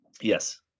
Yes